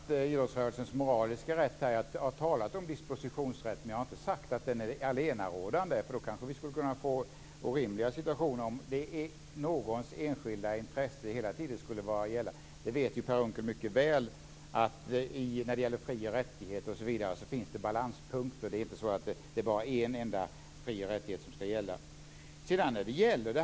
Fru talman! Jag har inte ifrågasatt idrottsrörelsens moraliska rätt. Jag har talat om dispositionsrätt, men jag har inte sagt att den är allenarådande, för då skulle vi kanske få orimliga situationer om någons enskilda intresse hela tiden skulle vara gällande. Per Unckel vet mycket väl att det finns balanspunkter när det gäller fri och rättigheter. Det är inte bara en enda frioch rättighet som skall gälla.